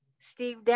Steve